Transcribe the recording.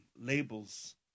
labels